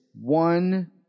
one